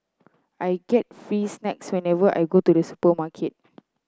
I get free snacks whenever I go to the supermarket